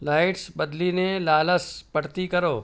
lights બદલીને લાલાસ પડતી કરો